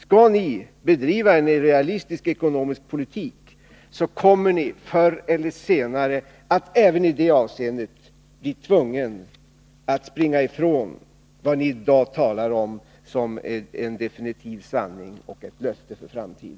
Skall ni bedriva en realistisk ekonomisk politik kommer ni, förr eller senare, att även i det avseendet bli tvungna att springa ifrån vad ni i dag talar om som en definitiv sanning och ett löfte för. Nr 50